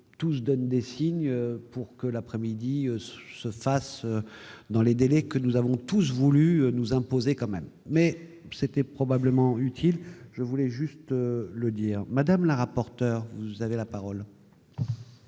Madame la rapporteur, vous avez parlé